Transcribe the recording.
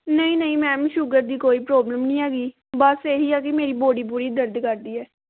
ਨਹੀਂ ਨਹੀਂ ma'am sugar ਦੀ ਕੋਈ ਪ੍ਰੋਬਲਮ ਨਹੀਂ ਹੈਗੀ ਬਸ ਇਹੀ ਆ ਕਿ ਮੇਰੀ ਬੋਡੀ ਪੂਰੀ ਦਰਦ ਕਰਦੀ ਹੈ